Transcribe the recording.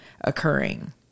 occurring